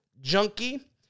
junkie